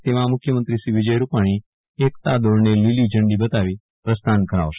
તેમાં મુખ્યમંત્રી શ્રી વિજય રૂપાણી એકતા દોડને લીલી ઝંડી બતાવી પ્રસ્થાન કરાવશે